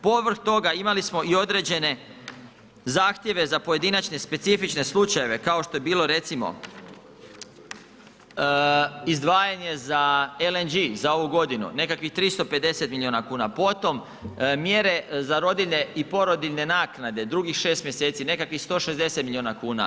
Povrh toga imali smo i određene zahtjeve za pojedinačne specifične slučajeve, kao što je bilo recimo izdvajanje za LNG za ovu godinu nekakvih 350 milijuna kuna, potom mjere za rodiljne i porodiljne naknade drugih 6 mjeseci nekakvih 160 milijuna kuna.